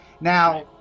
Now